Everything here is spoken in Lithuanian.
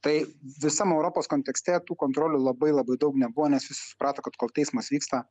tai visam europos kontekste tų kontrolių labai labai daug nebuvo nes visi suprato kad kol teismas vyksta